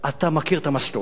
אתה מכיר את המסלול.